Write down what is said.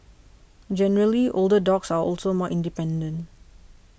generally older dogs are also more independent